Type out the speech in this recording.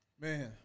Man